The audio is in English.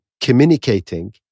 communicating